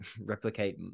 replicate